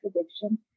addiction